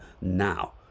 now